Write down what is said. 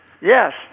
Yes